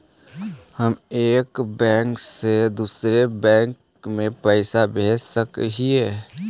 हम एक बैंक से दुसर बैंक में पैसा भेज सक हिय?